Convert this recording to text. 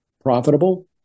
profitable